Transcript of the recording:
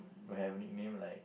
will have nickname like